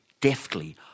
Deftly